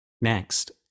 Next